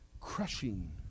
crushing